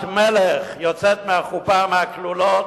בת מלך יוצאת מהחופה, מהכלולות,